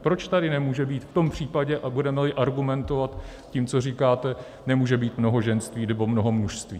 Proč tady nemůže být v tom případě, a budemeli argumentovat tím, co říkáte, nemůže být mnohoženství nebo mnohomužství?